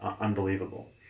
unbelievable